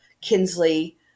Kinsley